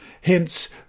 Hence